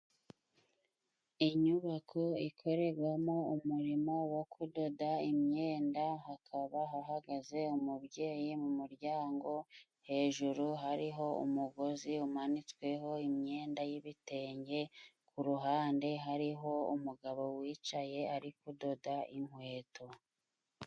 Inyubako ikorerwamo umurimo wo kudoda imyenda, hakaba hahagaze umubyeyi mu muryango, hejuru hariho umugozi umanitsweho imyenda y'ibitenge, ku ruhande hariho umugabo wicaye ari kudoda inkweto.